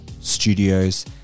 Studios